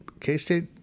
K-State